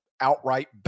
outright